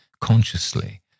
consciously